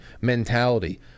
mentality